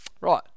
Right